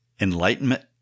Enlightenment